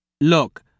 Look